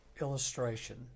illustration